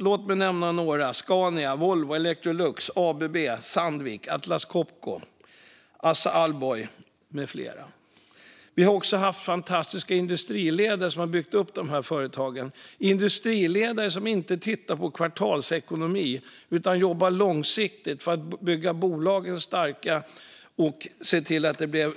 Låt mig nämna några: Scania, Volvo, Electrolux, ABB, Sandvik, Atlas Copco, Assa Abloy med flera. Vi har också haft fantastiska industriledare som har byggt upp dessa företag. Det har varit industriledare som inte har tittat på kvartalsekonomin utan jobbat långsiktigt för att bygga bolagen starka och se till att det blir